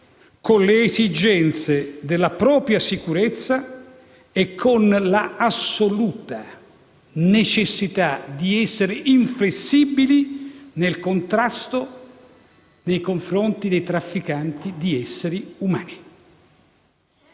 con le esigenze della propria sicurezza e l'assoluta necessità di essere inflessibili nel contrasto ai trafficanti di esseri umani.